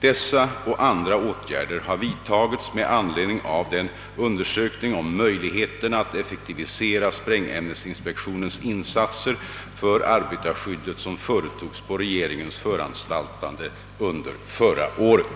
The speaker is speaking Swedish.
Dessa och andra åtgärder har vidtagits med anledning av den undersökning om möjligheterna att effektivisera sprängämnesinspektionens insatser för arbetarskyddet som företogs på regeringens föranstaltande under förra året.